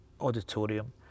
auditorium